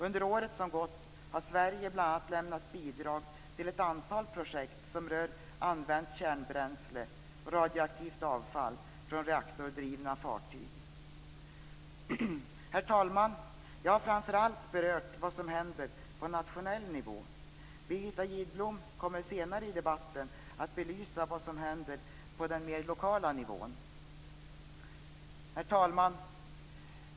Under året som gått har Sverige bl.a. lämnat bidrag till ett antal projekt som rör använt kärnbränsle och radioaktivt avfall från reaktordrivna fartyg. Herr talman! Jag har framför allt berört vad som händer på en nationell nivå. Birgitta Gidblom kommer senare i debatten att belysa vad som händer på den mer lokala nivån. Herr talman!